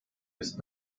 ist